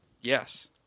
Yes